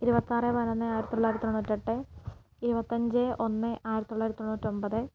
ഇരുപത്താറേ പതിനൊന്നേ ആയിരത്തി തൊള്ളായിരത്തി തൊണ്ണൂറ്റെട്ടേ ഇരുപത്തഞ്ചേ ഒന്നേ ആയിരത്തി തൊള്ളായിരത്തി തൊണ്ണൂറ്റൊൻപതേ